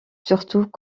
surtout